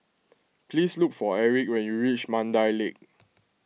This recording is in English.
please look for Erick when you reach Mandai Lake